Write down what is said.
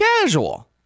casual